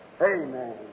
Amen